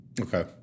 Okay